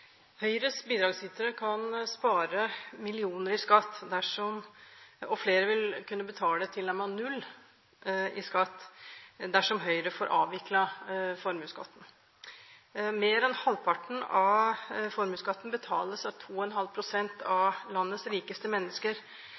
Høyres bidragsytere kan spare millioner i skatt – og flere vil til og med kunne ha null i skatt – dersom Høyre får avviklet formuesskatten. Mer enn halvparten av formuesskatten betales av 2,5 pst. av landets rikeste mennesker.